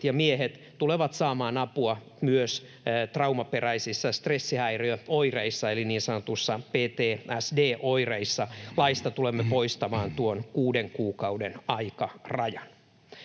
ja miehet tulevat saamaan apua myös traumaperäisissä stressihäiriöoireissa eli niin sanotuissa PTSD-oireissa. Laista tulemme poistamaan tuon kuuden kuukauden aikarajan.